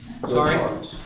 Sorry